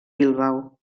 bilbao